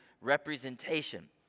representation